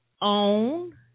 own